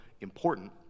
important